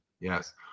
Yes